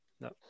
No